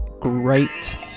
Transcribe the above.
great